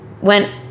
went